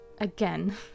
again